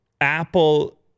Apple